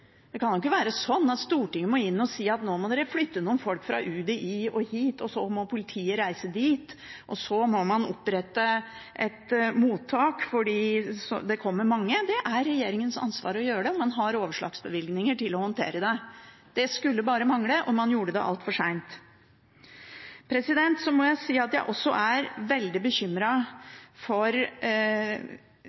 Det kan ikke være sånn at Stortinget må inn og si at nå må dere flytte noen folk fra UDI og hit, og så må politiet reise dit, og så må man opprette et mottak fordi det kommer mange. Det er regjeringens ansvar å gjøre det, og man har overslagsbevilgninger til å håndtere det. Det skulle bare mangle, men man gjorde det altfor seint. Så må jeg si at jeg også er veldig bekymret for